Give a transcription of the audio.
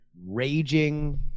raging